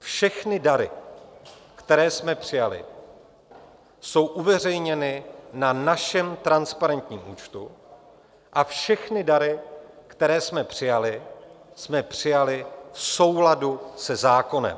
Všechny dary, které jsme přijali, jsou uveřejněny na našem transparentním účtu a všechny dary, které jsme přijali, jsme přijali v souladu se zákonem.